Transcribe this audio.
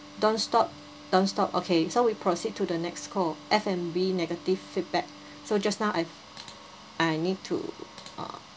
don't stop don'tstop okay so we proceed to the next call F&B negative feedback so just now I I need to uh